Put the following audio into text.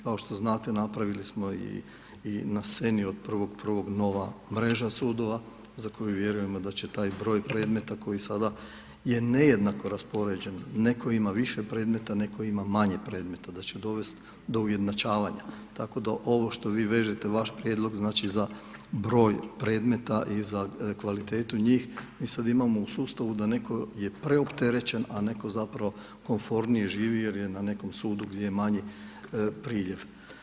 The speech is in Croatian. Kao što znate napravili smo i na sceni je od 1.1. nova mreža sudova za koju vjerujemo da će taj broj predmeta koji sada je nejednako raspoređen, neko ima više predmeta, neko ima manje predmeta, da će dovest do ujednačavanja, tako da ovo što vi vežete vaš prijedlog znači za broj predmeta i za kvalitetu njih, mi sad imamo u sustavu da neko je preopterećen, a netko zapravo komfornije živi jer je na nekom sudu gdje je manji priljev.